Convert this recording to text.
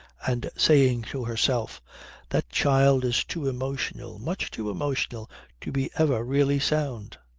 and saying to herself that child is too emotional much too emotional to be ever really sound!